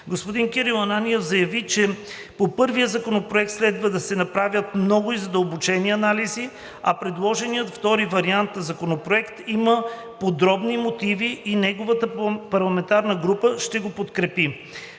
Господин Кирил Ананиев заяви, че по първия законопроект следва да се направят много и задълбочени анализи, а предложеният втори вариант на законопроект има подробни мотиви и неговата парламентарна група ще го подкрепи.